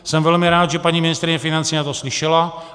Jsem velmi rád, že paní ministryně financí na to slyšela.